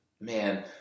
Man